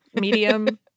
medium